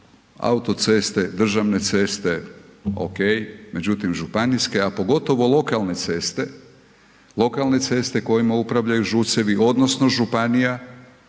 autoceste, državne ceste, ok, međutim županijske a pogotovo lokalne ceste kojima upravljanu ŽUC-evi odnosno županija,